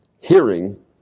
hearing